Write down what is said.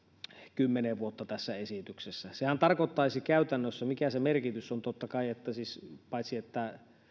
kymmeneen vuoteen tässä esityksessä sehän tarkoittaisi siis käytännössä että sen merkitys on totta kai paitsi se että